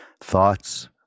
thoughts